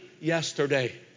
yesterday